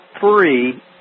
three